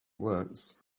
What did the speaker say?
works